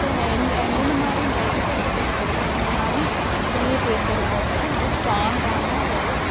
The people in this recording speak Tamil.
ஸோ அதை எந்த எந்தெந்த மாதிரி இந்த இனப்பெருக்கத் திட்டங்களுக்கு என்னென்ன மாதிரி துணையை தேர்ந்தெடுக்கும் அப்படின்னா ரொம்ப ஸ்ட்ராங்கான ஒரு